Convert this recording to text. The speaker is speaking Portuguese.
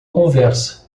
conversa